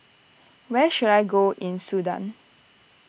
where should I go in Sudan